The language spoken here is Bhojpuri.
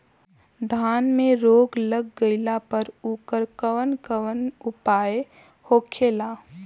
धान में रोग लग गईला पर उकर कवन कवन उपाय होखेला?